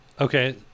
Okay